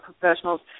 professionals